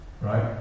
Right